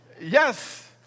Yes